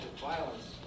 violence